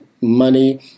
money